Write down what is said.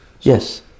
yes